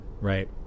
right